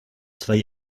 zwar